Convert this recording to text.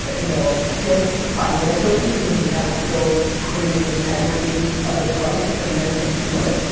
ah you know hit financially because we had to still create the integrity of the price for the end consumer.